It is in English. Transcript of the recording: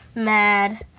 mad,